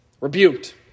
rebuked